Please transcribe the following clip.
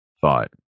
thought